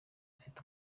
afite